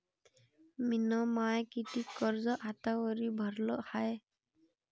मिन माय कितीक कर्ज आतावरी भरलं हाय?